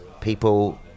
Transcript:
People